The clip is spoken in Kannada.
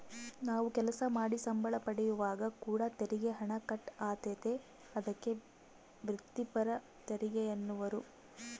ನಾವು ಕೆಲಸ ಮಾಡಿ ಸಂಬಳ ಪಡೆಯುವಾಗ ಕೂಡ ತೆರಿಗೆ ಹಣ ಕಟ್ ಆತತೆ, ಅದಕ್ಕೆ ವ್ರಿತ್ತಿಪರ ತೆರಿಗೆಯೆನ್ನುವರು